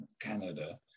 Canada